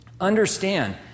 understand